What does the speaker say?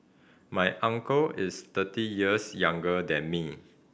my uncle is thirty years younger than me